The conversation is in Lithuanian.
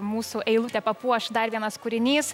mūsų eilutę papuoš dar vienas kūrinys